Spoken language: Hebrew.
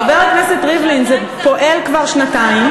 חבר הכנסת ריבלין, זה פועל כבר שנתיים.